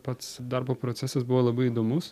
pats darbo procesas buvo labai įdomus